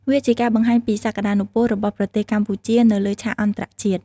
វាជាការបង្ហាញពីសក្តានុពលរបស់ប្រទេសកម្ពុជានៅលើឆាកអន្តរជាតិ។